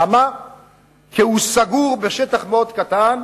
כי הוא סגור בשטח מאוד קטן,